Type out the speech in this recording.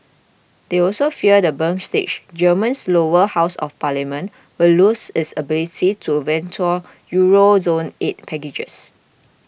they also fear the Bundestag Germany's lower house of parliament would lose its ability to veto Euro zone aid packages